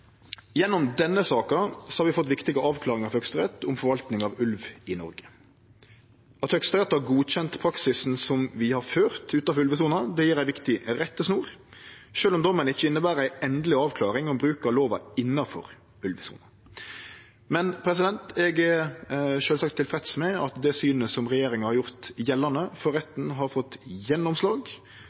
Gjennom denne saka har vi fått viktige avklaringar frå Høgsterett om forvaltinga av ulv i Noreg. At Høgsterett har godkjent praksisen som vi har ført utanfor ulvesona, gjev ei viktig rettesnor, sjølv om dommen ikkje inneber ei endeleg avklaring om bruk av lova innanfor ulvesona. Men eg er sjølvsagt tilfreds med at det synet som regjeringa har gjort gjeldande for retten, har fått gjennomslag.